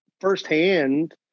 firsthand